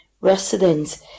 residents